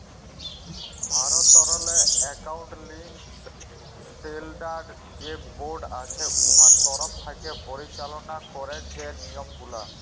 ভারতেরলে accounting standard যে board আছে উয়ার তরফ থ্যাকে পরিচাললা ক্যারে যে লিয়মগুলা